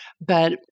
But-